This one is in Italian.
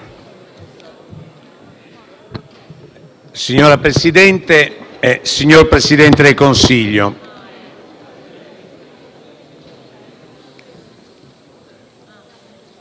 Signor Presidente, signor Presidente del Consiglio: